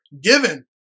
given